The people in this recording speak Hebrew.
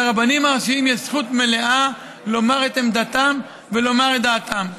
לרבנים הראשיים יש זכות מלאה לומר את עמדתם ולומר את דעתם.